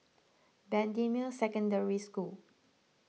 Bendemeer Secondary School